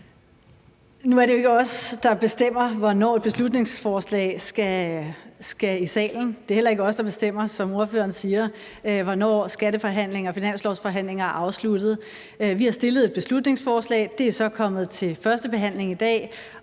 Nu er det jo ikke os, der bestemmer, hvornår et beslutningsforslag skal i salen. Det er heller ikke os, der bestemmer, som ordføreren siger, hvornår skatteforhandlinger og finanslovsforhandlinger er afsluttet. Vi har fremsat et beslutningsforslag, og det er så kommet til første behandling i dag,